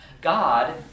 God